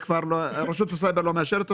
רשות הסייבר לא מאשרת אותו.